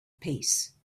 peace